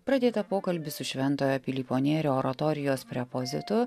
pradėtą pokalbį su šventojo pilypo nėrio oratorijos prepozitu